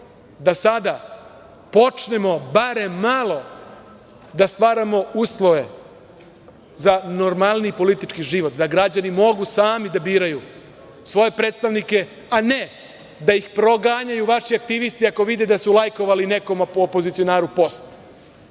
da sada počnemo barem malo da stvaramo uslove za normalniji politički život, da građani mogu sami da biraju svoje predstavnike, a ne da ih proganjaju vaši aktivisti ako vide da su lajkovali nekom opozicionaru post,